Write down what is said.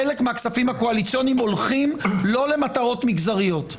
חלק מהכספים הקואליציוניים הולכים לא למטרות מגזריות.